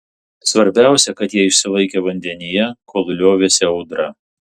svarbiausia kad jie išsilaikė vandenyje kol liovėsi audra